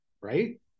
right